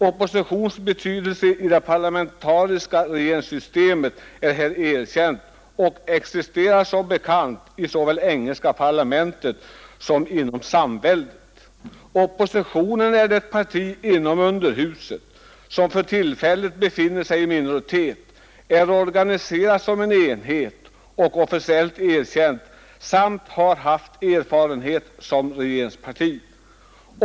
Oppositionens betydelse i det parlamentariska systemet är där erkänd och systemet existerar som bekant såväl i engelska parlamentet som inom samväldet. Oppositionen är det parti inom underhuset som för tillfället befinner sig i minoritet, är organiserad som en enhet och officiellt erkänd, samt har haft erfarenhet som regeringsparti.